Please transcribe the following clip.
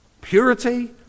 purity